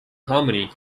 harmony